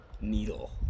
needle